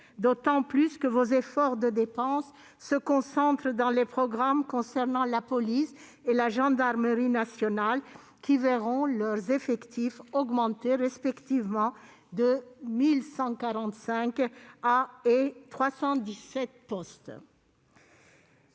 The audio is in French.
d'autant plus que les efforts de dépenses se concentrent sur les programmes concernant la police et la gendarmerie nationales, qui verront leurs effectifs augmenter respectivement de 1 145 et 317 postes.